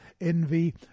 envy